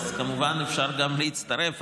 כמובן אפשר גם להצטרף,